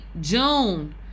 june